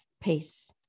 peace